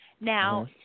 Now